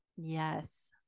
Yes